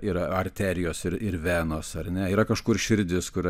yra arterijos ir ir venos ar ne yra kažkur širdis kur